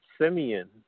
Simeon